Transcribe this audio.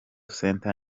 center